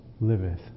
liveth